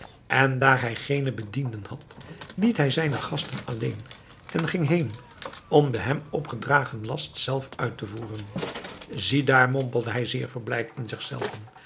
en daar hij geene bedienden had liet hij zijnen gasten alleen en ging heen om den hem opgedragen last zelf uit te voeren ziedaar mompelde hij zeer verblijd in zich zelven